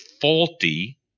faulty